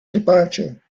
departure